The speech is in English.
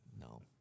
No